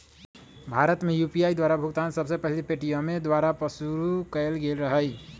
भारत में यू.पी.आई द्वारा भुगतान सबसे पहिल पेटीएमें द्वारा पशुरु कएल गेल रहै